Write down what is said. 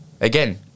again